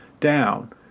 down